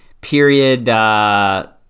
period